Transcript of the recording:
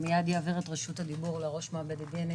מייד אעביר את רשות הדיבור לראש מעבדת דנ"א